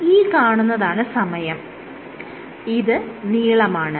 ഈ കാണുന്നതാണ് സമയം ഇത് നീളമാണ്